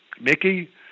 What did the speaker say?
Mickey